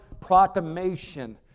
proclamation